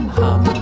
hum